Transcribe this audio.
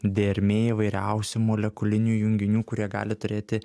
dermė įvairiausių molekulinių junginių kurie gali turėti